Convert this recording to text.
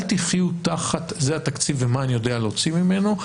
אל תחיו תחת זה התקציב ומה אני יודע להוציא ממנו,